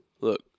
look